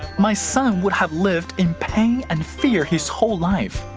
my son would have lived in pain and fear his whole life.